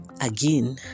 Again